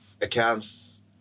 accounts